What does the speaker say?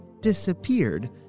disappeared